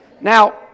Now